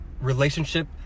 relationship